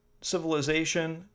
civilization